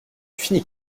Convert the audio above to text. finis